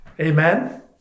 Amen